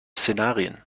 szenarien